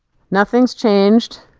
nothing's changed,